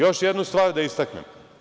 Još jednu stvar da istaknem.